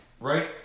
Right